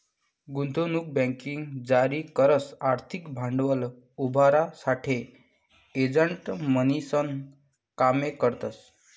गुंतवणूक बँकिंग जारी करस आर्थिक भांडवल उभारासाठे एजंट म्हणीसन काम करतस